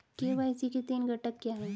KYC के तीन घटक क्या हैं?